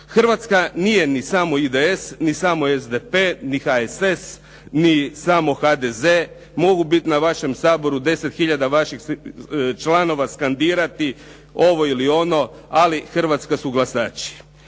Hrvatska nije ni samo IDS, ni samo SDP, ni HSS, ni samo HDZ. Mogu biti na vašem saboru 10 hiljada vaših članova, skandirati ovo ili ono, ali Hrvatska su glasači.